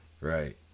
Right